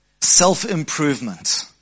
self-improvement